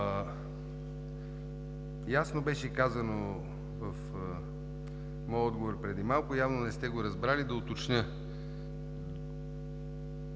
Ясно беше казано в моя отговор преди малко, а явно не сте го разбрали, да уточня.